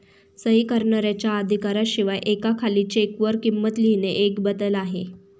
सही करणाऱ्याच्या अधिकारा शिवाय एका खाली चेक वर किंमत लिहिणे एक बदल आहे